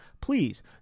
Please